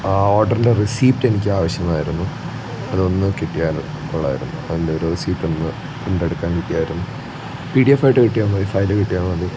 ആ ഓർഡറിൻറെ റെസീപ്റ്റ് എനിക്ക് ആവശ്യമായിരുന്നു അത് ഒന്ന് കിട്ടിയാൽ കൊള്ളാമായിരുന്നു അതിൻ്റെ ഒരു റെസീപ്റ്റ് ഒന്ന് പ്രിൻറ് എടുക്കാൻ കിട്ടിയാലും പി ഡി എഫ് ആയിട്ട് കിട്ടിയാൽ മതി ഫയൽ കിട്ടിയാൽ മതി